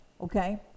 okay